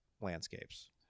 landscapes